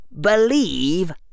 believe